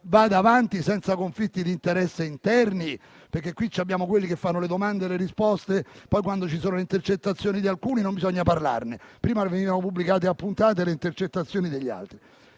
vada avanti senza conflitti d'interesse interni, perché qui abbiamo quelli che fanno le domande e si danno le risposte; poi, quando ci sono intercettazioni di alcuni, non bisogna parlarne; prima, però, venivano pubblicate a puntate le intercettazioni degli altri.